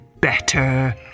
better